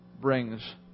brings